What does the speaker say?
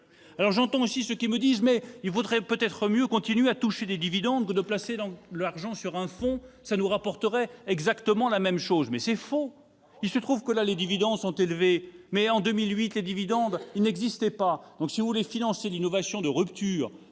Alors, j'entends aussi ceux qui me disent :« Il vaudrait peut-être mieux continuer à toucher des dividendes que de placer l'argent dans un fonds : cela nous rapporterait exactement la même chose. » Mais c'est faux ! Ah bon ? Il se trouve que, à ce jour, les dividendes sont élevés. Mais, en 2008, ils n'existaient pas ! Si vous voulez financer l'innovation de rupture